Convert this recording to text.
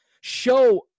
Show